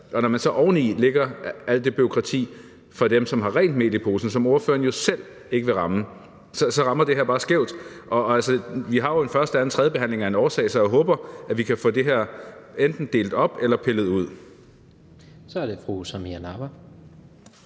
Og når man så oveni lægger alt det bureaukrati for dem, som har rent mel i posen, som ordføreren jo ikke vil ramme, så rammer det her bare skævt. Og vi har jo en første, anden og tredje behandling af en årsag, så jeg håber, at vi kan få det her enten delt op eller pillet ud. Kl. 16:57 Tredje